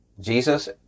Jesus